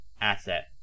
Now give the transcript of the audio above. asset